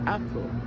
Apple